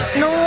no